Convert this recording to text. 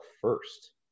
first